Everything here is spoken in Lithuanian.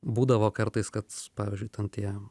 būdavo kartais kad pavyzdžiui ten tie